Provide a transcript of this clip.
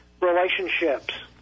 relationships